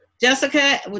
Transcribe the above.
Jessica